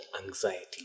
anxiety